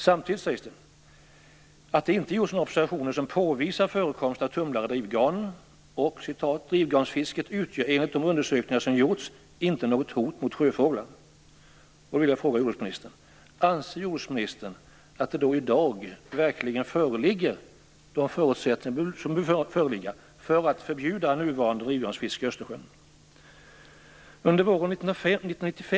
Samtidigt sägs det att det inte gjorts några observationer som påvisar förekomst av tumlare i drivgarn, och vidare: "Drivgarnsfisket utgör enligt de undersökningar som gjorts inte något hot mot sjöfåglar." STEFC kallas den - en rapport om drivgarnsfiske.